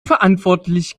verantwortlich